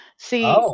See